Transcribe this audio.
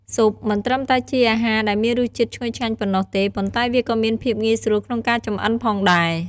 ស៊ុបមិនត្រឹមតែជាអាហារដែលមានរសជាតិឈ្ងុយឆ្ងាញ់ប៉ុណ្ណោះទេ ប៉ុន្តែវាក៏មានភាពងាយស្រួលក្នុងការចម្អិនផងដែរ។